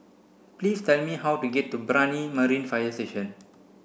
please tell me how to get to Brani Marine Fire Station